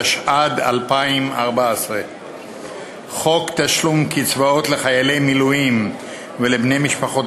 התשע"ד 2014. חוק תשלום קצבאות לחיילי מילואים ולבני-משפחותיהם,